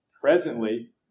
presently